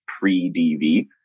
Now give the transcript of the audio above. pre-dv